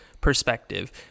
perspective